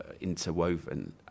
interwoven